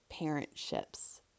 parentships